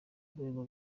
rwego